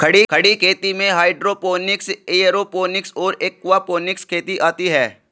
खड़ी खेती में हाइड्रोपोनिक्स, एयरोपोनिक्स और एक्वापोनिक्स खेती आती हैं